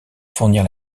découvrir